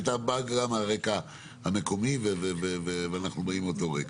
כי אתה בא גם על רקע המקומי ואנחנו באים מאותו רקע.